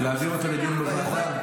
להעביר אותו לדיון בוועדה?